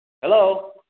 Hello